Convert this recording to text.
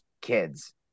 kids